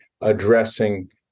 addressing